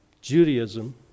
Judaism